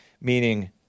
meaning